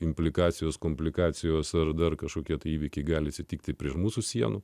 implikacijos komplikacijos ar dar kažkokie įvykiai gali atsitikti per mūsų sienų